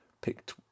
picked